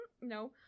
no